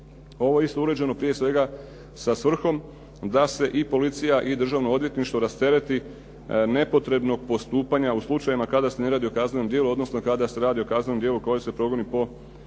Ovo je isto uređeno prije svega sa svrhom da se i policija i državno odvjetništvo rastereti nepotrebnog postupanja u slučajevima kada se ne radi o kaznenom djelu, odnosno kada se radi o kaznenom djelu u kojem se progoni po privatnoj